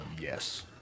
Yes